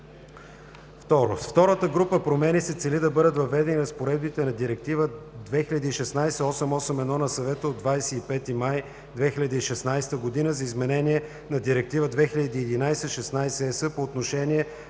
втората група промени се цели да бъдат въведени разпоредбите на Директива (ЕС) 2016/881 на Съвета от 25 май 2016 г. за изменение на Директива 2011/16/ЕС по отношение